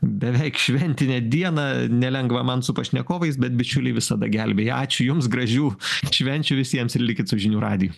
beveik šventinę dieną nelengva man su pašnekovais bet bičiuliai visada gelbėja ačiū jums gražių švenčių visiems ir likit su žinių radiju